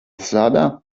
strādā